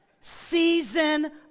season